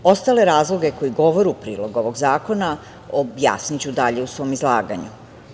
Ostale razloge koji govore u prilog ovog zakona objasniću dalje u svom izlaganju.